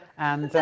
and, um.